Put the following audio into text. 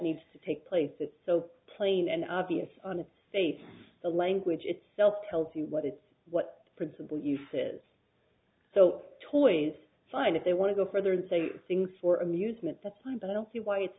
needs to take place it's so plain and obvious on its face the language itself tells you what it's what principle uses so toys fine if they want to go further and say things for amusement that's fine but i don't see why it's